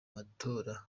matora